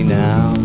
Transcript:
now